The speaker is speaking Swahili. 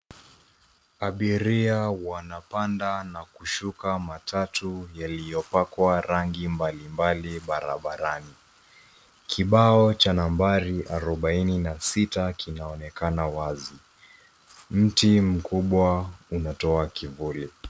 Abiria wanapanda na kushuka matatu yaliyopakwa rangi mbali mbali barabarani. Kibao cha nambari arobaini na sita kinaonekana wazi. Mti mkubwa unatoa kivuli.